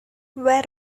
where